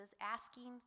asking